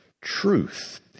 truth